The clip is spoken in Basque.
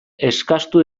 eskastu